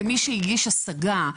ומי שהגיש השגה,